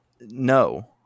No